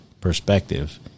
perspective